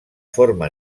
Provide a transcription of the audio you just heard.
forma